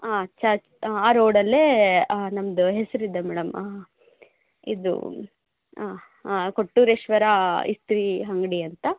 ಆಂ church ಆ ರೋಡಲ್ಲೇ ನಮ್ಮದು ಹೆಸರಿದೆ ಮೇಡಂ ಇದು ಕೊಟ್ಟೂರೇಶ್ವರ ಇಸ್ತ್ರಿ ಅಂಗ್ಡಿ ಅಂತ